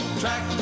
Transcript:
track